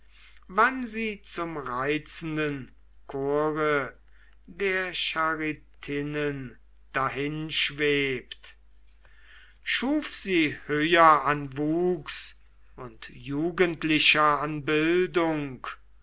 wann sie zum reizenden chore der charitinnen dahinschwebt schuf sie höher an wuchs und jugendlicher an bildung